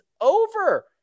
over